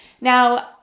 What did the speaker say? Now